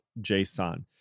JSON